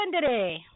today